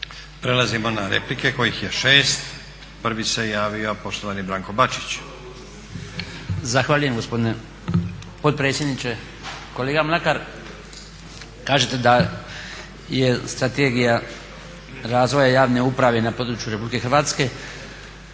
Prelazimo na replike kojih je 6. Prvi se javio poštovani Branko Bačić. **Bačić, Branko (HDZ)** Zahvaljujem gospodine potpredsjedniče. Kolega Mlakar, kažete da je Strategija razvoja javne uprave na području Republike Hrvatske,